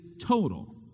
total